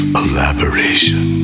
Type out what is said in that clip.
elaboration